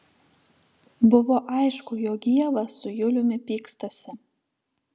buvo aišku jog ieva su juliumi pykstasi